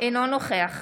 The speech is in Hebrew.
נוכח